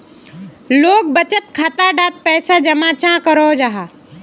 लोग बचत खाता डात पैसा जमा चाँ करो जाहा?